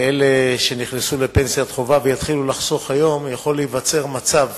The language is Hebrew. לאלה שנכנסו לפנסיית חובה ויתחילו לחסוך היום יכול להיווצר מצב,